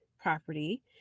property